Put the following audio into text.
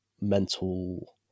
mental